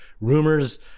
rumors